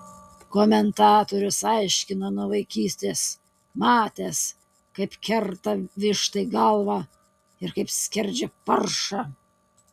komentatorius aiškino nuo vaikystės matęs kaip kerta vištai galvą ir kaip skerdžia paršą